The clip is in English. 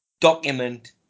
document